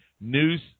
news